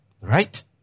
Right